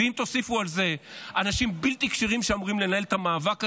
ואם תוסיפו על זה אנשים בלתי כשירים שאמורים לנהל את המאבק הזה,